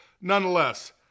Nonetheless